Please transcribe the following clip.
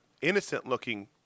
innocent-looking